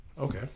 Okay